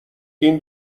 این